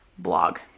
blog